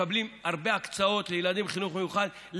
מקבלים הרבה הקצאות לילדים מחינוך מיוחד,